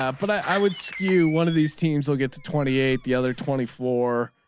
um but i would skew one of these teams will get to twenty eight. the other twenty four